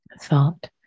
thought